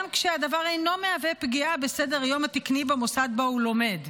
גם כשהדבר אינו מהווה פגיעה בסדר-היום התקני במוסד שבו הוא לומד.